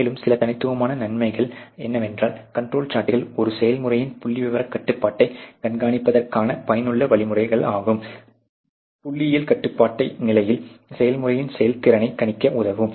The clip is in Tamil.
மேலும் சில தனித்துவமான நன்மைகள் என்னவென்றால் கண்ட்ரோல் சார்ட்கள் ஒரு செயல்முறையின் புள்ளிவிவரக் கட்டுப்பாட்டைக் கண்காணிப்பதற்கான பயனுள்ள வழிமுறைகளாகும் புள்ளியியல் கட்டுப்பாட்டு நிலையில் செயல்முறையின் செயல்திறனைக் கணிக்க உதவும்